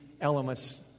elements